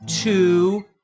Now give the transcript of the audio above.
two